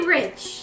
rich